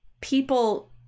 people